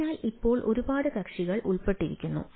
അതിനാൽ ഇപ്പോൾ ഒരുപാട് കക്ഷികൾ ഉൾപ്പെട്ടിരിക്കുന്നു